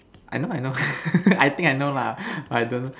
I know I know I think I know lah but I don't